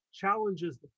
challenges